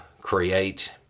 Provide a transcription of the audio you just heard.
create